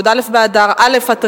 י"א באדר א' התשע"א,